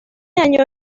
año